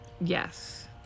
Yes